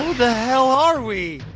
the hell are we!